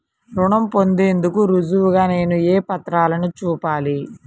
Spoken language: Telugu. రుణం పొందేందుకు రుజువుగా నేను ఏ పత్రాలను చూపాలి?